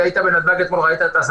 התיעדוף הוא לאזרחי ישראל בגלל הבחירות.